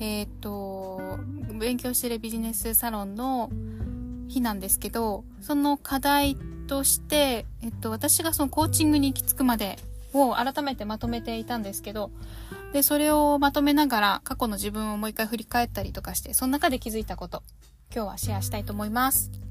えーっと、勉強してるビジネスサロンの日なんですけど、その課題として、えっと、私がそのコーチングに行き着くまでを改めてまとめていたんですけど、で、それをまとめながら過去の自分をもう一回振り返ったりとかして、その中で気づいたこと、今日はシェアしたいと思います。